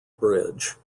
bridge